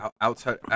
Outside